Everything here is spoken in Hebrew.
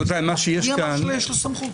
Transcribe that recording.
--- שיש לו סמכות?